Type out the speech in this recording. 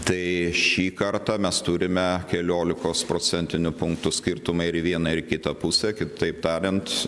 tai šį kartą mes turime keliolikos procentinių punktų skirtumą ir į vieną ir į kitą pusę kitaip tariant